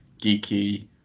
geeky